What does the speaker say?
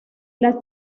las